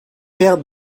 paire